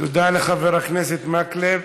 תודה לחבר הכנסת מקלב.